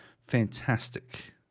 fantastic